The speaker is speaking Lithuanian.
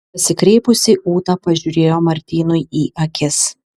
pasikreipusi ūta pažiūrėjo martynui į akis